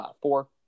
four